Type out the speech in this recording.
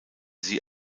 sie